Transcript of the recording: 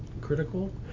critical